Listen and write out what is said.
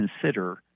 consider